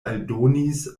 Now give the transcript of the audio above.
aldonis